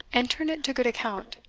and turn it to good account.